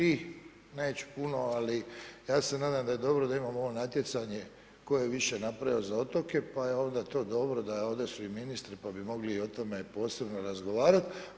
I neću puno, ali ja se nadam da je dobro da imamo ovo natjecanje, tko je više napravio za otoke, pa je onda to dobro, da ovdje su i ministri, pa bi mogli o tome posebno razgovarati.